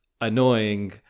annoying